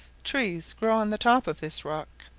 trees grow on the top of this rock.